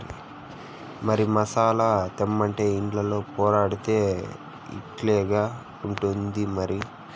మరి మసాలా తెమ్మంటే ఇంటిలో పొర్లాడితే ఇట్టాగే ఉంటాది మరి